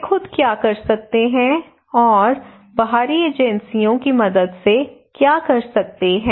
वे खुद क्या कर सकते हैं और बाहरी एजेंसियों की मदद से क्या कर सकते हैं